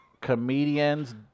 comedians